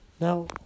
Now